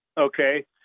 okay